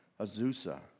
Azusa